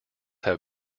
have